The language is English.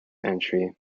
entry